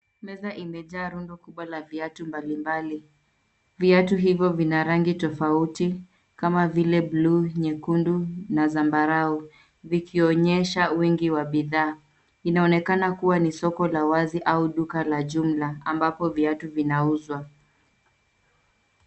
Meza imejaa rundo kubwa la vyatu mbali mbali. Vyatu hivyo vina rangi tofauti, kama vile buluu, nyekundu na zambarau, vikionyesha wingi wa bidhaa. Inaonekana kuwa ni soko la wazi au duka la jumla ambako vyatu vinauzwa.